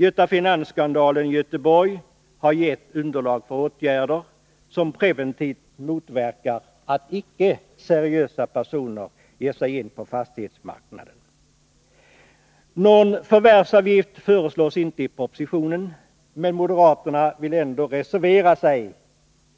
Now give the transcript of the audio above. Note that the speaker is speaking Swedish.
Göta Finans-skandalen i Göteborg har gett underlag för åtgärder som motverkar att icke seriösa personer ger sig in på fastighetsmarknaden. Någon förvärvsavgift föreslås inte i propositionen, men moderaterna vill ändå reservera sig